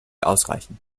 ausreichen